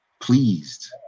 pleased